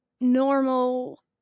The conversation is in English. normal